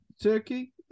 turkey